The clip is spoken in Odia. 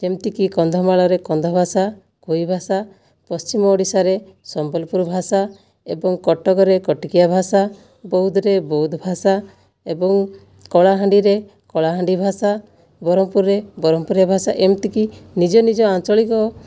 ଯେମିତିକି କନ୍ଧମାଳରେ କନ୍ଧ ଭାଷା କୁଇ ଭାଷା ପଶ୍ଚିମ ଓଡ଼ିଶାରେ ସମ୍ବଲପୁରୀଭାଷା ଏବଂ କଟକରେ କଟକିଆ ଭାଷା ବୌଦ୍ଧରେ ବୌଦ୍ଧ ଭାଷା ଏବଂ କଳାହାଣ୍ଡିରେ କଳାହାଣ୍ଡି ଭାଷା ବ୍ରହ୍ମପୁରରେ ବ୍ରହ୍ମପୁରିଆ ଭାଷା ଏମିତିକି ନିଜ ନିଜ ଆଞ୍ଚଳିକ